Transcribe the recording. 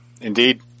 Indeed